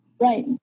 Right